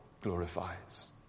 glorifies